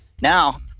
now